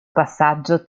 passaggio